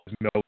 no